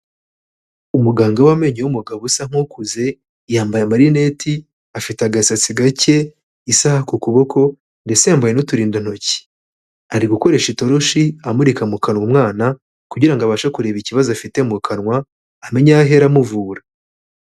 Umuganga w'amenyo w'umugabo usa nk'ukuze, yambaye marineti, afite agasatsi gake isaha ku kuboko ndetse yambaye n'uturindantoki. Ari gukoresha itoroshi amurika mu kanwa umwana kugira ngo abashe kureba ikibazo afite mu kanwa amenya aho ahera amuvura.